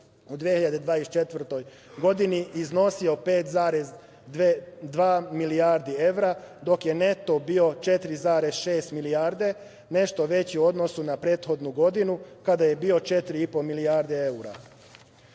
u 2024. godini iznosio 5,2 milijardi evra, dok je neto bio 4,6 milijardi, nešto veći u odnosu na prethodnu godinu kada je bio 4,5 milijardi